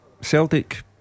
Celtic